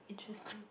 intersting